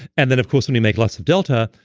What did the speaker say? and then of course when you make lots of delta,